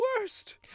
worst